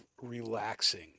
relaxing